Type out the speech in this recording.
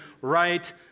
right